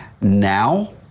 Now